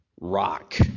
rock